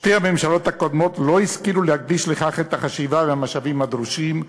שתי הממשלות הקודמות לא השכילו להקדיש לכך את החשיבה והמשאבים הדרושים.